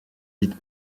dite